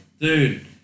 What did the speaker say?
dude